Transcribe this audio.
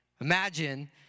Imagine